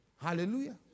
Hallelujah